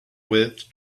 with